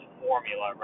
formula